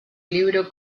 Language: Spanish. libro